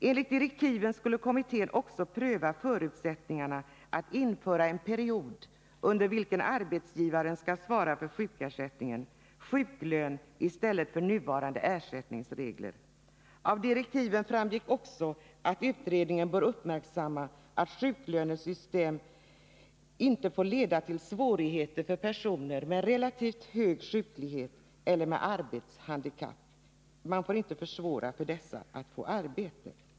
Enligt direktiven skulle kommittén också pröva förutsättningarna att införa en period under vilken arbetsgivaren skall svara för sjukersättningen, dvs. sjuklön, i stället för nuvarande ersättningsregler. Av direktiven framgick också att utredningen bör uppmärksamma att sjuklönesystem inte får leda till svårigheter för personer med relativt hög sjuklighet eller med arbetshandikapp att få arbete.